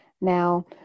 now